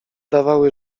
dawały